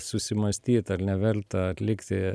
susimąstyt al nevelta atlikti